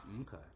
Okay